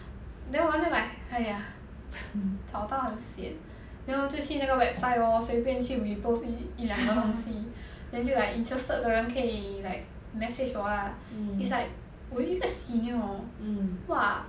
then 我就 like !aiya! 找到很 sian then 我就去那个 website lor 随便去 report 一一两个 then 就 like interested 的人可以 like message 我 lah it's like 我有一个 senior hor !wah!